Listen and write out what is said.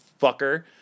fucker